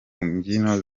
mbyino